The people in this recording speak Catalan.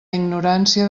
ignorància